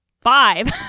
Five